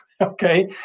okay